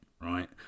right